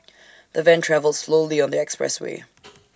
the van travelled slowly on the expressway